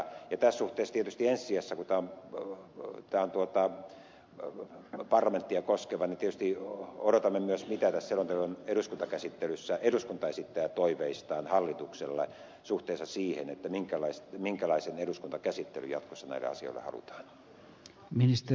tässä suhteessa tietysti ensi sijassa kun tämä on parlamenttia koskeva odotamme myös mitä tässä selonteon eduskuntakäsittelyssä eduskunta esittää toiveistaan hallitukselle suhteessa siihen minkälainen eduskuntakäsittely jatkossa näille asioille halutaan